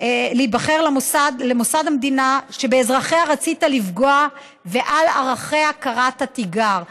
להיבחר למוסד המדינה שבאזרחיה רצית לפגוע ועל ערכיה קראת תיגר.